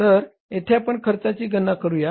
तर येथे आपण खर्चाची गणना करूया